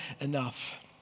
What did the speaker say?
enough